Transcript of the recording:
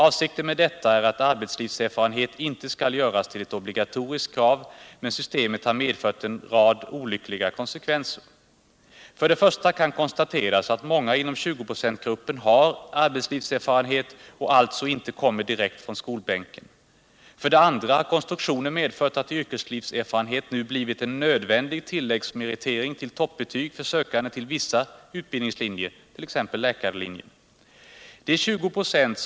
Avsikten med detta är att arbetslivserfarenhet inte skall göras till ett obligatoriskt krav, men systemet har medfört en rad olyckliga konsekvenser. För det första kan konstateras att många inom 20-procentsgruppen har arbetslivserfarenhet och alltså inte kommer direkt från skolbänken. För det andra har konstruktionen medför att yrkeslivserfarenhet nu blivit en nödvändig tilläggsmerit till toppbetyg för sökande till vissa utbildningslinjer .